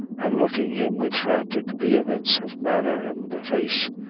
and looking him with frantic vehemence of manner in the face.